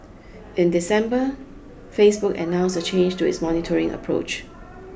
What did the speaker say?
in December Facebook announced a change to its monitoring approach